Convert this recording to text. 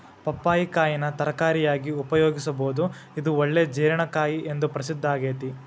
ಪಪ್ಪಾಯಿ ಕಾಯಿನ ತರಕಾರಿಯಾಗಿ ಉಪಯೋಗಿಸಬೋದು, ಇದು ಒಳ್ಳೆ ಜೇರ್ಣಕಾರಿ ಎಂದು ಪ್ರಸಿದ್ದಾಗೇತಿ